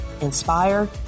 inspire